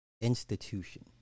institution